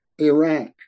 Iraq